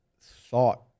thought